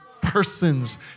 persons